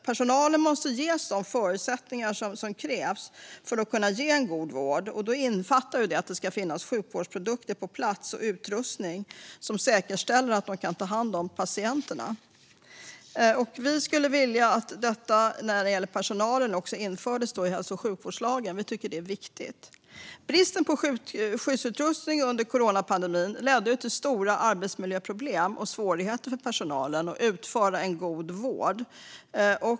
Personalen måste ges de förutsättningar som krävs för att kunna ge en god vård, och det innefattar att det ska finnas sjukvårdsprodukter och utrustning på plats som säkerställer att de kan ta hand om patienterna. Vi skulle vilja att detta med personalen även infördes i hälso och sjukvårdslagen. Vi tycker att det är viktigt. Bristen på skyddsutrustning under coronapandemin ledde till stora arbetsmiljöproblem och svårigheter för personalen att utföra en god vård.